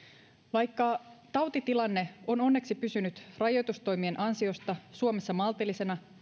vaikka tautitilanne on onneksi pysynyt rajoitustoimien ansiosta suomessa maltillisena